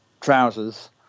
trousers